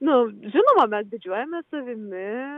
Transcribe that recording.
nu žinoma mes didžiuojamės savimi